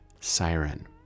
Siren